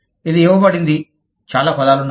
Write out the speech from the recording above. ఇది ఇవ్వబడింది చాలా పదాలు ఉన్నాయి